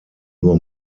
nur